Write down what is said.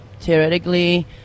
theoretically